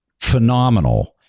phenomenal